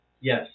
yes